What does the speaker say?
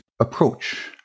approach